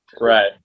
Right